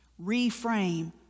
reframe